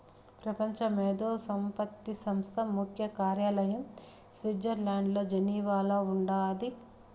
పెపంచ మేధో సంపత్తి సంస్థ ముఖ్య కార్యాలయం స్విట్జర్లండ్ల జెనీవాల ఉండాది